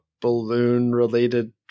balloon-related